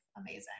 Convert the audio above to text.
Amazing